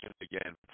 again